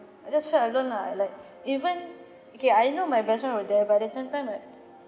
I just felt alone lah like even okay I know my best friend were there but at the same time like